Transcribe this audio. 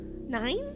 Nine